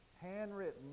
handwritten